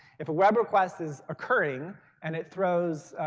if a web request is occurring and it throws